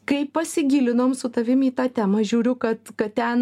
kai pasigilinom su tavim į tą temą žiūriu kad kad ten